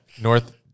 North